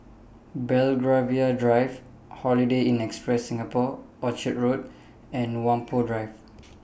Belgravia Drive Holiday Inn Express Singapore Orchard Road and Whampoa Drive